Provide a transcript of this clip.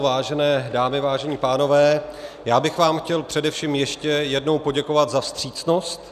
Vážené dámy, vážení pánové, já bych vám chtěl především ještě jednou poděkovat za vstřícnost.